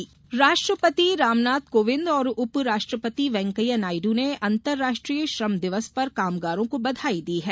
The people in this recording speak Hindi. श्रम दिवस राष्ट्रपति रामनाथ कोविंद और उप राष्ट्रपति वैंकेया नायडु ने अंतर्राष्ट्रीय श्रम दिवस पर कामगारों को बधाई दी है